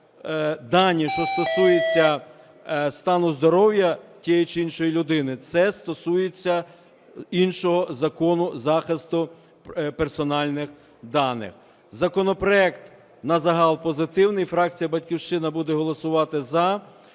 дані, що стосується стану здоров'я тієї чи іншої людини, це стосується іншого закону захисту персональних даних. Законопроект назагал позитивний, фракція "Батьківщина" буде голосувати за.